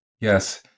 Yes